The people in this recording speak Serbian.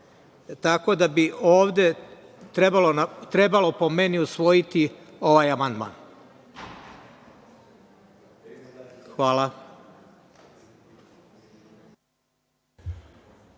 tako da bi ovde trebalo, po meni, usvojiti ovaj amandman. Hvala.